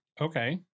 Okay